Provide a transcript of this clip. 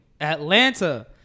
Atlanta